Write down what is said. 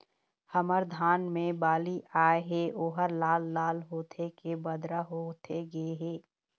हमर धान मे बाली आए हे ओहर लाल लाल होथे के बदरा होथे गे हे?